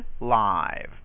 live